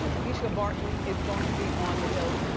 um mischa barton is going to be on the hills.